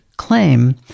claim